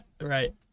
Right